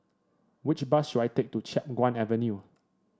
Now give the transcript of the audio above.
which bus should I take to Chiap Guan Avenue